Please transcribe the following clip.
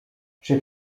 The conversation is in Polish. czy